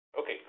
Okay